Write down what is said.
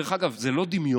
דרך אגב, זה לא דמיון.